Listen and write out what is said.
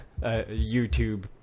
YouTube